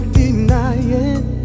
denying